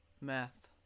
math